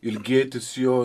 ilgėtis jo